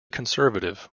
conservative